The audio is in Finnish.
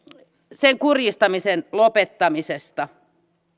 sen kurjistamisen lopettamisesta